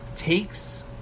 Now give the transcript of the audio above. takes